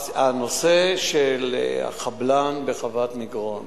הנושא של החבלן בחוות מגרון